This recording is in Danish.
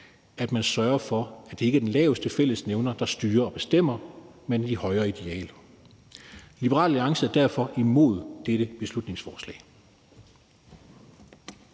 at man sørger for, at det ikke er den laveste fællesnævner, der styrer og bestemmer, men de højere idealer. Liberal Alliance er derfor imod dette beslutningsforslag.